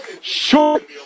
short